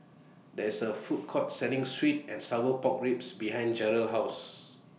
There IS A Food Court Selling Sweet and Sour Pork Ribs behind Jarrell's House